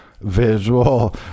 visual